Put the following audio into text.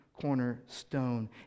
cornerstone